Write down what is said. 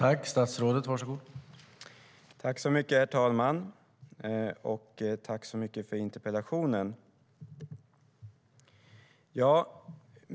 Herr talman! Jag tackar för interpellationen.